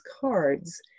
cards